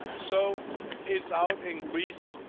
so it's out in greece.